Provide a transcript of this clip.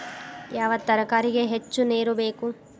ಯಾವ ತರಕಾರಿಗೆ ಹೆಚ್ಚು ನೇರು ಬೇಕು?